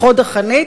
בחוד החנית,